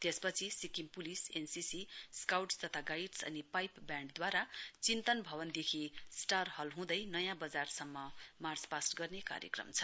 त्यसपछि Sikkim police NCC scout तथा guides अनि पाइप ब्याण्डद्वारा चिन्तन भवनदेखि स्टार हल हुँदै नयाँ वजार सम्म मार्चपास्ट गर्ने कार्यक्रम छ